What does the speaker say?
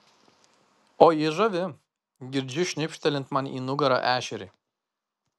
o ji žavi girdžiu šnipštelint man į nugarą ešerį